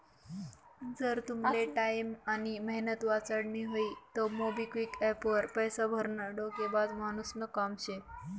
जर तुमले टाईम आनी मेहनत वाचाडानी व्हयी तं मोबिक्विक एप्प वर पैसा भरनं डोकेबाज मानुसनं काम शे